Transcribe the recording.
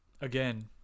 again